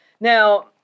now